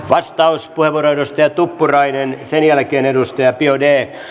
vastauspuheenvuoro edustaja tuppurainen sen jälkeen edustaja biaudet